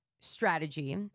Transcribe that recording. strategy